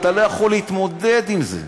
אתה לא יכול להתמודד עם זה.